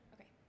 Okay